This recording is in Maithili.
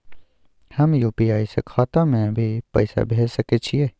हम यु.पी.आई से खाता में भी पैसा भेज सके छियै?